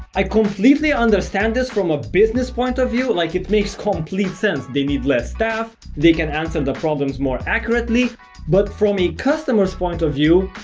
i completely understand this from a business point of view like it makes complete sense they need less staff they can answer the problems more accurately but from a customer's point of view.